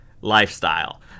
lifestyle